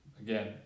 again